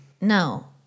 no